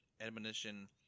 admonition